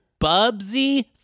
Bubsy